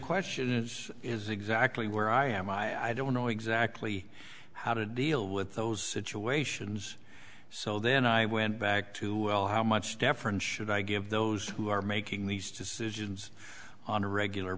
question is is exactly where i am i don't know exactly how to deal with those situations so then i went back to well how much deference should i give those who are making these decisions on a regular